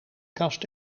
kast